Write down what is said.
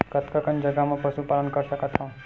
कतका कन जगह म पशु पालन कर सकत हव?